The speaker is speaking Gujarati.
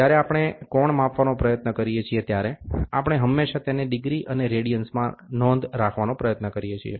જ્યારે આપણે કોણ માપવાનો પ્રયત્ન કરીએ છીએ ત્યારે આપણે હંમેશાં તેને ડિગ્રી અને રેડિયન્સમાં નોંધ રાખવાનો પ્રયત્ન કરીએ છીએ